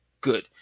good